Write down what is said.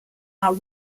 are